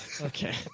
okay